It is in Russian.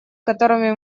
которыми